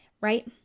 right